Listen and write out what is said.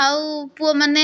ଆଉ ପୁଅମାନେ